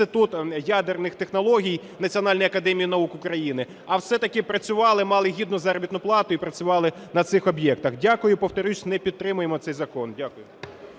Інститут ядерних технологій Національної академії наук України, а все-таки працювали, мали гідну заробітну плату і працювали на цих об'єктах. Дякую, і, повторюсь, не підтримуємо цей закон. Дякую.